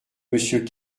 monsieur